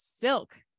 Silk